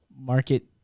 market